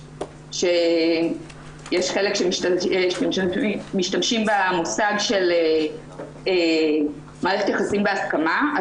ויש חלק שמשתמשים במושג של מערכת יחסים בהסכמה.